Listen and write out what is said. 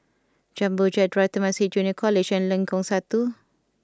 Jumbo Jet Drive Temasek Junior College and Lengkong Satu